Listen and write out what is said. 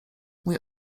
mój